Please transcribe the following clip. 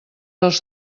als